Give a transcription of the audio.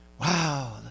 Wow